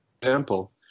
example